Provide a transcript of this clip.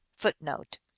Footnote